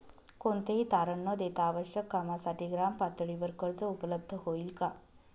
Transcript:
कोणतेही तारण न देता आवश्यक कामासाठी ग्रामपातळीवर कर्ज उपलब्ध होईल का?